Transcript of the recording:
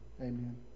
amen